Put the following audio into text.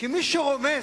כי מי שרומס,